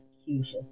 execution